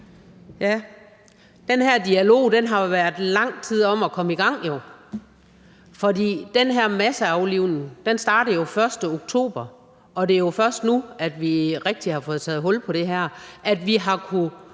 den her dialog har været lang tid om at komme i gang, for den her masseaflivning startede den 1. oktober, og det er først nu, at vi rigtig har fået taget hul på det her, at vi har kunnet